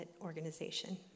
organization